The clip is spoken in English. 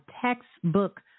textbook